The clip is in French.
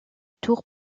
tour